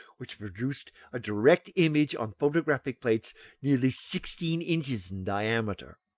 which produced a direct image on photographic plates nearly sixteen inches in diameter.